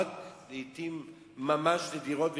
רק לעתים ממש נדירות וקיצוניות.